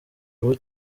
uruhu